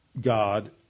God